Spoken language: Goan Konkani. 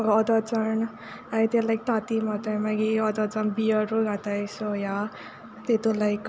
ओद ओद जाण आहाय ते लायक तांतीं माताय मागी ओद ओद जाण बियरू घाताय सो या तितूंन लायक